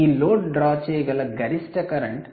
ఈ load draw చేయగల గరిష్ట కరెంట్ 500 మిల్లియాంపీయర్లు